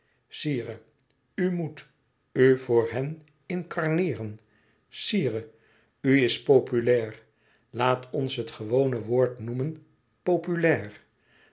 u moet u voor hen incarneeren sire u is populair laat ons het gewone woord noemen populair